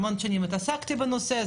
המון שנים התעסקתי בנושא,